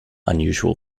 unusual